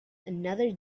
another